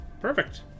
perfect